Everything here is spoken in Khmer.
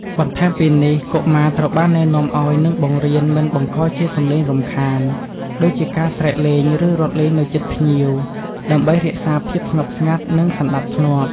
បន្ថែមពីនេះ កុមារត្រូវបានណែនាំឲ្យ និងបង្រៀន មិនបង្កជាសំឡេងរំខាន ដូចជាការស្រែកលេង ឬរត់លេងនៅជិតភ្ញៀវ ដើម្បីរក្សាភាពស្ងប់ស្ងាត់ និងសណ្ដាប់ធ្នាប់។